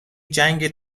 جنگ